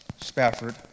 Spafford